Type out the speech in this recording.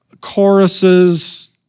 choruses